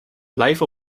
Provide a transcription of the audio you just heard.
blijf